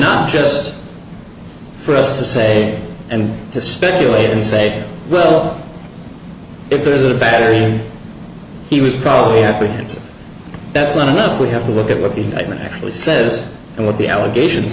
not just for us to say and to speculate and say well if there is a battery he was probably apprehensive that's not enough we have to look at what the human actually says and what the allegations